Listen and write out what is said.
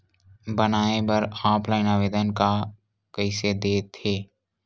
बनाये बर ऑफलाइन आवेदन का कइसे दे थे?